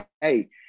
Hey